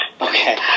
Okay